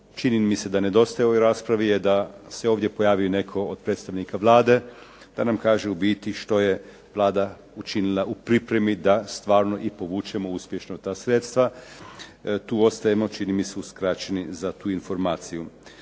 čini mi se nedostaje u ovoj raspravi je da se ovdje pojavi netko od predstavnika Vlade, da nam kaže u biti što je Vlada učinila u pripremi da stvarno i povučemo uspješno ta sredstva. Tu ostajemo čini mi se uskraćeni za tu informaciju.